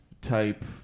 type